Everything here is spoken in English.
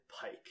Pike